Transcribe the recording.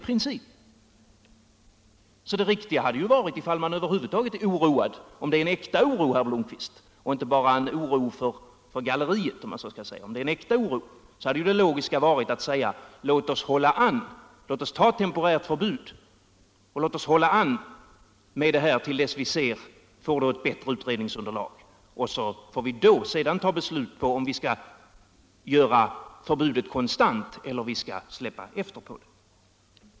Om utskottsmajoritetens oro är en äkta oro, herr Blomkvist, och inte bara en oro för galleriet, så hade det logiska varit att säga: Låt oss införa ett temporärt förbud tills vi får ett bättre utredningsunderlag. När det kommer kan vi fatta beslut i frågan, om vi skall göra förbudet permanent eller släppa efter på det.